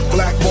Black